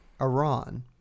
Iran